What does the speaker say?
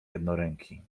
jednoręki